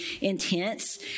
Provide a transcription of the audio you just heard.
intense